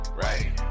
Right